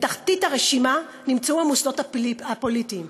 בתחתית הרשימה נמצאו המוסדות הפוליטיים: